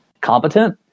competent